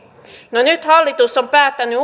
no nyt hallitus on päättänyt